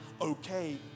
okay